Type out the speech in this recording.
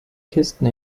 kisten